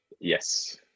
Yes